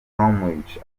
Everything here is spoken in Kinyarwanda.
bromwich